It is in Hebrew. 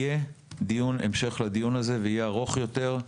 יהיה דיון המשך לדיון הזה, ארוך יותר.